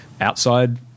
outside